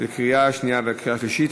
לקריאה שנייה ולקריאה שלישית,